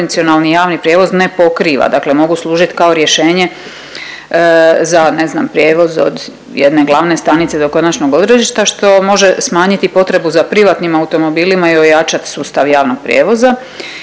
tradicionalni javni prijevoz ne pokriva, dakle mogu služit kao rješenje za ne znam prijevoz od jedne glavne stanice do konačnog odredišta što može smanjiti potrebu za privatnim automobilima i ojačat sustav javnog prijevoza